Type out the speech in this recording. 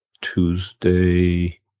Tuesday